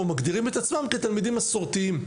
או מגדירים את עצמם כתלמידים מסורתיים.